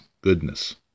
goodness